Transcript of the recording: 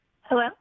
Hello